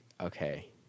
okay